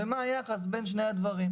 ומה היחס בין שני הדברים.